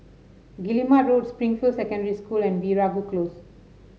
Guillemard Road Springfield Secondary School and Veeragoo Close